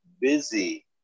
busy